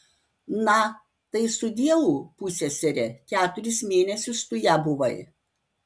na tai sudieu pussesere keturis mėnesius tu ja buvai